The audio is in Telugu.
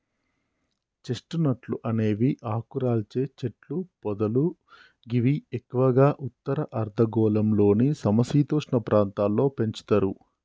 చెస్ట్ నట్లు అనేవి ఆకురాల్చే చెట్లు పొదలు గివి ఎక్కువగా ఉత్తర అర్ధగోళంలోని సమ శీతోష్ణ ప్రాంతాల్లో పెంచుతరు